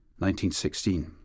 1916